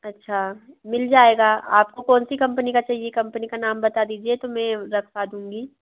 अच्छा मिल जाएगा आपको कौन सी कंपनी का चाहिए कंपनी का नाम बता दीजिए तो मैं रखवा दूँगी